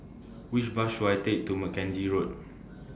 Which Bus should I Take to Mackenzie Road